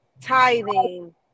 tithing